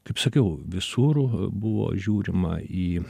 kaip sakiau visur buvo žiūrima į